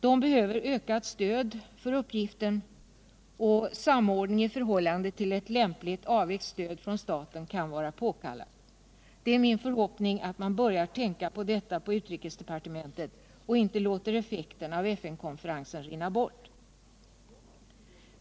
De behöver ökat stöd för uppgiften, och samordning i förhållande till ett lämpligt avvägt stöd från staten kan vara påkallat. Det är min förhoppning att man på UD börjar tänka på det här och inte låter effekten av FN-konferensen försvinna.